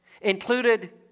included